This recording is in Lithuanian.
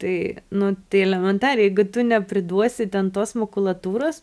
tai nu tai elementariai jeigu tu nepriduosi ten tos makulatūros